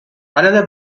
another